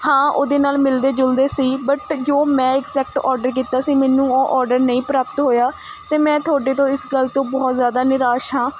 ਹਾਂ ਉਹਦੇ ਨਾਲ਼ ਮਿਲਦੇ ਜੁਲਦੇ ਸੀ ਬਟ ਜੋ ਮੈਂ ਐਕਜੈਕਟ ਔਡਰ ਕੀਤਾ ਸੀ ਮੈਨੂੰ ਉਹ ਔਡਰ ਨਹੀਂ ਪ੍ਰਾਪਤ ਹੋਇਆ ਅਤੇ ਮੈਂ ਤੁਹਾਡੇ ਤੋਂ ਇਸ ਗੱਲ ਤੋਂ ਬਹੁਤ ਜ਼ਿਆਦਾ ਨਿਰਾਸ਼ ਹਾਂ